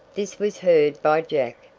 this was heard by jack,